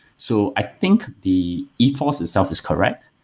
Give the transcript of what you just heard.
so i think the ethos itself is correct.